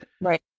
Right